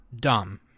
dumb